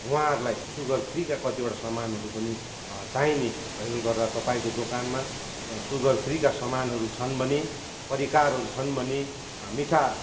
उहाँहरूलाई सुगरफ्रीका कतिवटा सामानहरू पनि चाहिने भएकोले गर्दा तपाईँको दोकानमा सुगरफ्रीका सामान छन् भने परिकारहरू छन् भने मिठा